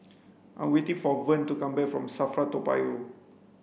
I'm waiting for Vern to come back from SAFRA Toa Payoh